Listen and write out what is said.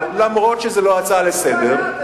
אבל אף שזו לא ההצעה לסדר-היום,